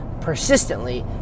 persistently